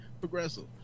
Progressive